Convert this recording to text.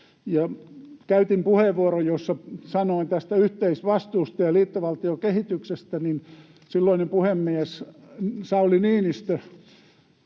käytin puheenvuoron, jossa sanoin tästä yhteisvastuusta ja liittovaltiokehityksestä. Silloinen puhemies Sauli Niinistö